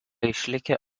išlikę